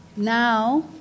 Now